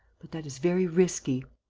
but that is very risky.